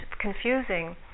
confusing